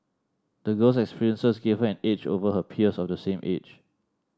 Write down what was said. the girl's experiences gave her an edge over her peers of the same age